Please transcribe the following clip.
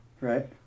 Right